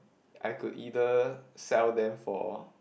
I could either sell them for